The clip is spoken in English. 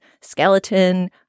skeleton